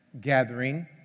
gathering